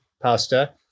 pasta